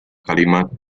kalimat